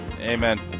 Amen